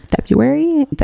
February